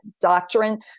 doctrine